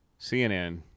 CNN